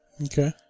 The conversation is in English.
Okay